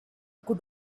could